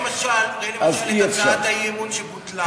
ראה למשל את הצעת האי-אמון שבוטלה